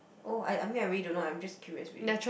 oh I I mean I really don't know I'm just curious really